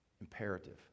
imperative